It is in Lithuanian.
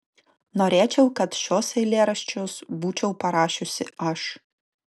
norėčiau kad šiuos eilėraščius būčiau parašiusi aš